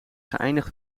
geëindigd